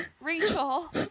Rachel